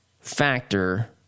factor